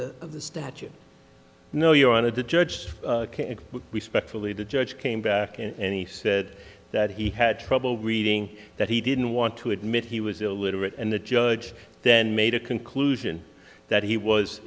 the of the statute no your honor the judge respectfully the judge came back and he said that he had trouble reading that he didn't want to admit he was illiterate and the judge then made a conclusion that he was